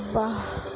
واہ